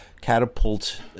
catapult